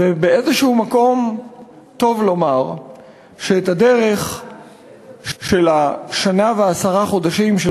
ובאיזה מקום טוב לומר שאת הדרך של השנה ועשרת החודשים של